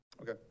Okay